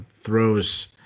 throws